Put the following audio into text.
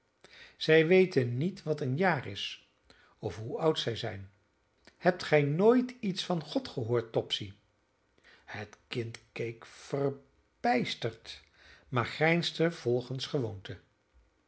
zij weten niet wat een jaar is of hoe oud zij zijn hebt gij nooit iets van god gehoord topsy het kind keek verbijsterd maar grijnsde volgens gewoonte